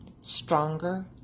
stronger